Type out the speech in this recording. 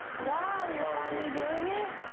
wow, you're finally doing it?